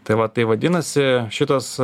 tai va tai vadinasi šitas